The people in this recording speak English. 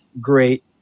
great